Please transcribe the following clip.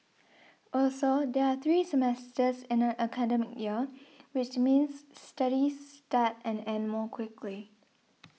also there are three semesters in an academic year which means studies start and end more quickly